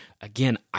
Again